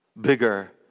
bigger